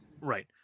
Right